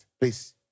please